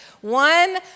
One